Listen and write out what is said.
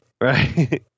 Right